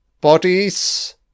Bodies